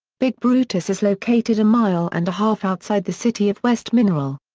big brutus is located a mile and a half outside the city of west mineral.